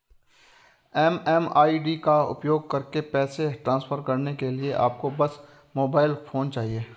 MMID का उपयोग करके पैसे ट्रांसफर करने के लिए आपको बस मोबाइल फोन चाहिए